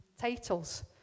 Titles